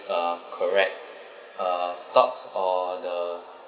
uh correct uh stocks or the